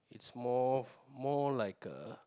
small more like a